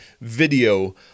video